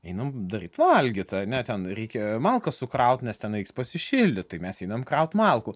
einam daryt valgyti ar ne ten reikia malkas sukraut nes ten reiks pasišildyt tai mes einam kraut malkų